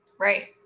Right